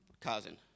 cousin